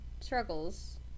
struggles